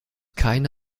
keine